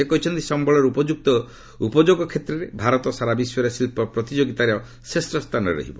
ସେ କହିଛନ୍ତି ସମ୍ଭଳର ଉପଯୁକ୍ତ ଉପଯୋଗ କ୍ଷେତ୍ରରେ ଭାରତ ସାରା ବିଶ୍ୱରେ ଶିଳ୍ପ ପ୍ରତିଯୋଗିତାର ଶ୍ରେଷ୍ଠ ସ୍ଥାନରେ ରହିବ